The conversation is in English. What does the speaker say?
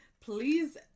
Please